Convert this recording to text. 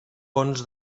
ponts